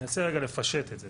ננסה לפשט את זה.